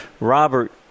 Robert